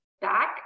back